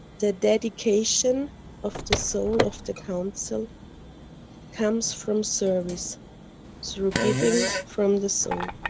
the dedication of the soul of the council comes from service through giving from the soul,